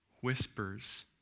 whispers